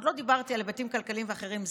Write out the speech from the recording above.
עוד לא דיברתי על היבטים כלכליים ואחרים.